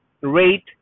rate